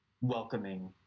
welcoming